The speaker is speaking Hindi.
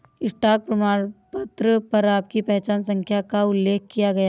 स्टॉक प्रमाणपत्र पर आपकी पहचान संख्या का उल्लेख किया गया है